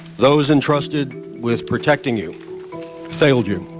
those entrusted with protecting you failed you.